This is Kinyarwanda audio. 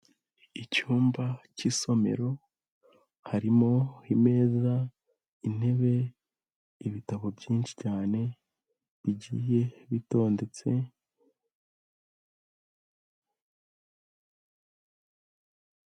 Icyumba cy'isomero, harimo ameza, intebe, ibitabo byinshi cyane bigiye bitondetse.